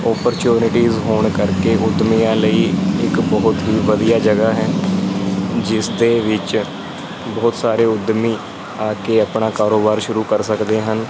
opportunities ਹੋਣ ਕਰਕੇ ਉਦਮੀਆਂ ਲਈ ਇੱਕ ਬਹੁਤ ਹੀ ਵਧੀਆ ਜਗ੍ਹਾ ਹੈ ਜਿਸ ਦੇ ਵਿੱਚ ਬਹੁਤ ਸਾਰੇ ਉਦਮੀ ਆ ਕੇ ਆਪਣਾ ਕਾਰੋਬਾਰ ਸ਼ੁਰੂ ਕਰ ਸਕਦੇ ਹਨ